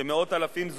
שמאות אלפים,